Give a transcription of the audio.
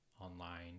online